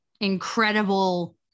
incredible